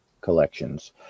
collections